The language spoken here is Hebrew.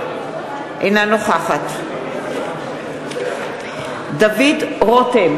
אינה נוכחת דוד רותם,